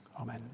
Amen